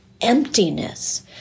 emptiness